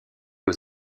aux